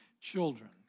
Children